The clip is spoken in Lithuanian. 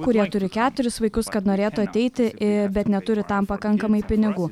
kurie turi keturis vaikus kad norėtų ateiti a bet neturi tam pakankamai pinigų